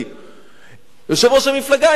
יושב-ראש המפלגה,